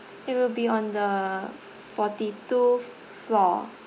it will be on the forty two floor